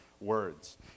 words